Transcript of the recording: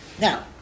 Now